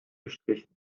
gestrichen